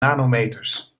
nanometers